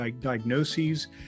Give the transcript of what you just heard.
diagnoses